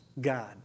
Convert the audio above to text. God